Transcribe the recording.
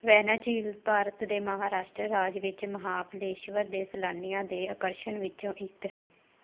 ਵੈਨਾ ਝੀਲ ਭਾਰਤ ਦੇ ਮਹਾਰਾਸ਼ਟਰ ਰਾਜ ਵਿੱਚ ਮਹਾਬਲੇਸ਼ਵਰ ਦੇ ਸੈਲਾਨੀਆਂ ਦੇ ਆਕਰਸ਼ਨ ਵਿੱਚੋਂ ਇੱਕ ਹੈ